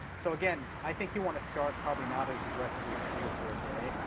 so again, i think you'll want to start probably not as aggressively as three to four a day.